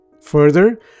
Further